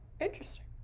Interesting